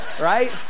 right